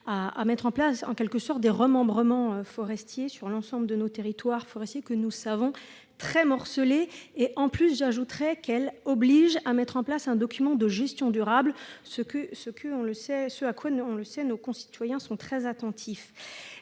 car il permet de procéder à des remembrements forestiers sur l'ensemble de nos territoires forestiers, que nous savons très morcelés. J'ajoute qu'il oblige à mettre en place un document de gestion durable, ce à quoi, on le sait, nos concitoyens sont très attentifs.